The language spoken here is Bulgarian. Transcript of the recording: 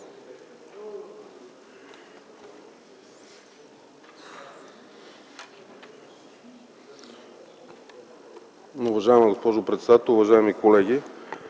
Уважаема госпожо председател, уважаеми колеги